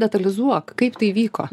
detalizuok kaip tai įvyko